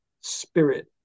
spirit